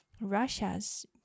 Russia's